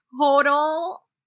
total